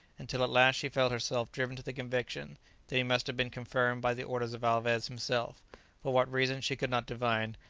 until at last she felt herself driven to the conviction that he must have been confined by the orders of alvez himself for what reason she could not divine,